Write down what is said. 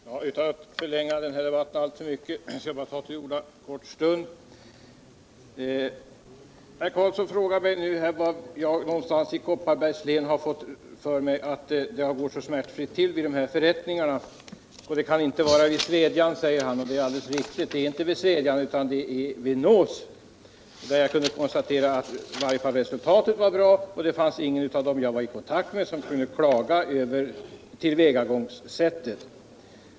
Fastighetsbildnings Herr talman! För att inte förlänga den här debatten alltför mycket skall jag lagen ta till orda bara en kort stund. Herr Carlsson säger att jag har fått för mig att det har gått smärtfritt till vid de här förrättningarna i Kopparbergs län och undrar var någonstans det varit så. Det kan inte ha varit i Svedjan, säger han, och det är alldeles riktigt. Det var inte i Svedjan, utan det var i Nås som jag kunde konstatera att i varje fall resultatet var bra. Ingen av dem som jag var i kontakt med klagade över tillvägagångssättet.